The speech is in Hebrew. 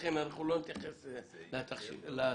לכן לא נתייחס לתאריך.